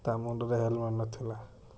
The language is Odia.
ତା ମୁଣ୍ଡରେ ହେଲମେଟ ନଥିଲା